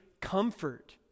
comfort